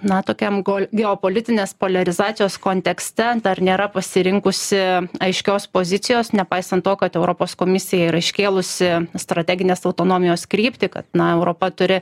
na tokiam gol geopolitinės poliarizacijos kontekste dar nėra pasirinkusi aiškios pozicijos nepaisant to kad europos komisija yra iškėlusi strateginės autonomijos kryptį kad na europa turi